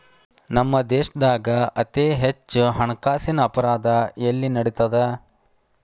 ನಮ್ಮ ದೇಶ್ದಾಗ ಅತೇ ಹೆಚ್ಚ ಹಣ್ಕಾಸಿನ್ ಅಪರಾಧಾ ಎಲ್ಲಿ ನಡಿತದ?